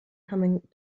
coming